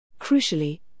Crucially